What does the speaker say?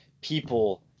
people